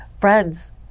friends